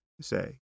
say